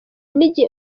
n’igihe